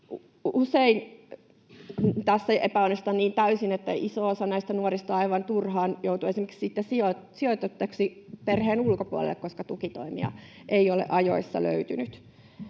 Usein tässä epäonnistutaan niin täysin, että iso osa näistä nuorista aivan turhaan joutuu sitten esimerkiksi sijoitettavaksi perheen ulkopuolelle, koska tukitoimia ei ole ajoissa löytynyt.